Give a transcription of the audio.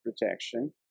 protection